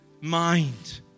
mind